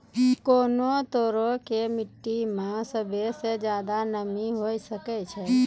कोन तरहो के मट्टी मे सभ्भे से ज्यादे नमी हुये सकै छै?